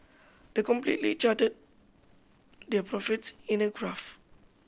the completely charted their profits in a graph